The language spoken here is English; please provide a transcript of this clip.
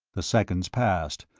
the seconds passed,